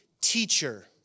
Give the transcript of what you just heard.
teacher